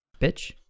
Bitch